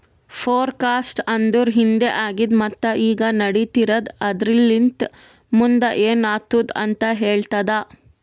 forecast ಅಂದುರ್ ಹಿಂದೆ ಆಗಿದ್ ಮತ್ತ ಈಗ ನಡಿತಿರದ್ ಆದರಲಿಂತ್ ಮುಂದ್ ಏನ್ ಆತ್ತುದ ಅಂತ್ ಹೇಳ್ತದ